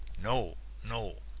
no! no!